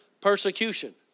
persecution